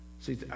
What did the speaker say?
See